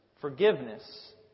forgiveness